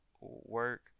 work